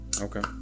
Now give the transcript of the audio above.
okay